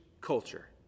culture